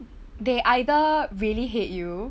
they either really hate you